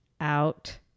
out